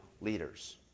leaders